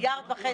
מיליארד וחצי.